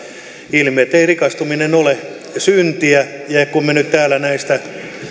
ilmi että ei rikastuminen ole syntiä ja kun me nyt täällä näistä